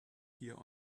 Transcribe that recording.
here